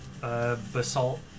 Basalt